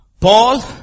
Paul